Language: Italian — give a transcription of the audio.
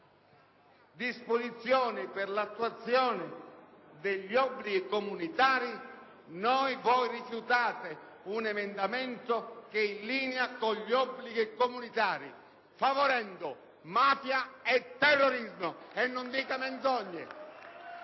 disposizioni per l'attuazione di obblighi comunitari. Voi rifiutate un emendamento che è in linea con gli obblighi comunitari, favorendo mafia e terrorismo. Non dica menzogne!